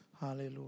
Hallelujah